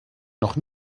noch